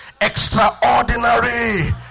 Extraordinary